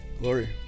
Glory